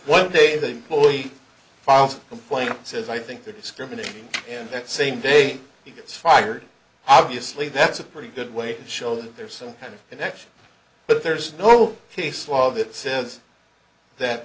one day the employee files a complaint says i think they're discriminating and that same day he gets fired obviously that's a pretty good way to show that there's some kind of connection but there's no case law that says that